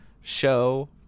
show